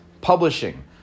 publishing